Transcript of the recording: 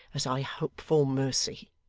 as i hope for mercy